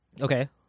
Okay